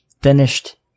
finished